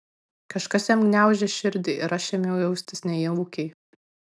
kažkas jam gniaužė širdį ir aš ėmiau jaustis nejaukiai